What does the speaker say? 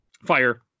Fire